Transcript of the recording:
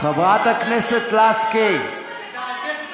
חברת הכנסת לסקי, אז תגידי מה את חושבת.